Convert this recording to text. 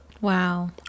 Wow